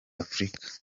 africa